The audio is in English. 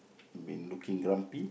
been looking grumpy